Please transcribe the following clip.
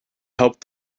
help